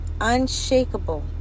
unshakable